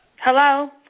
Hello